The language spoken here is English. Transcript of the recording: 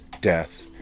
death